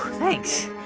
thanks.